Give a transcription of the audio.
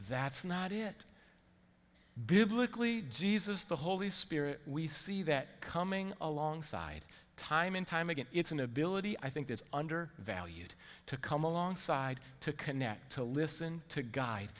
that's not it biblically jesus the holy spirit we see that coming alongside time and time again it's an ability i think that's under valued to come alongside to connect to listen to gu